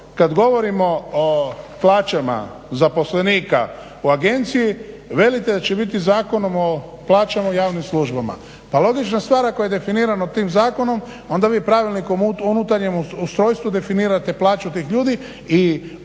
kad govorimo o plaćama zaposlenika u agenciji velite da će biti zakonom o plaćama u javnim službama. Pa logična stvar ako je definirano tim zakonom onda vi pravilnikom o unutarnjem ustrojstvu definirate plaću tih ljudi i ono